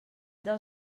del